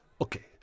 Okay